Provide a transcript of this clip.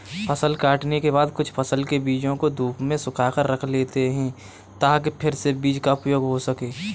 फसल काटने के बाद कुछ फसल के बीजों को धूप में सुखाकर रख लेते हैं ताकि फिर से बीज का उपयोग हो सकें